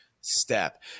step